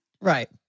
Right